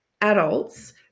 adults